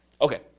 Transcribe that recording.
okay